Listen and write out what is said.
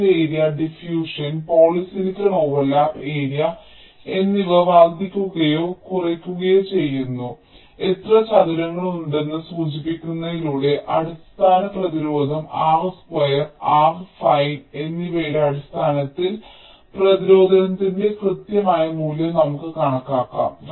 channel area diffusion polysilicon overlap area എന്നിവ വർദ്ധിക്കുകയോ കുറയുകയോ ചെയ്യുന്നു എത്ര ചതുരങ്ങളുണ്ടെന്ന് സൂചിപ്പിക്കുന്നതിലൂടെ അടിസ്ഥാന പ്രതിരോധം R സ്ക്വയർ R⧠ ഫൈൻ എന്നിവയുടെ അടിസ്ഥാനത്തിൽ പ്രതിരോധത്തിന്റെ കൃത്യമായ മൂല്യം നമുക്ക് കണക്കാക്കാം